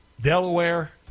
Delaware